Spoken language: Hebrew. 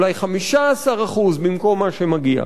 אולי 15% במקום מה שמגיע.